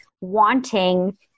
wanting